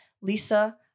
lisa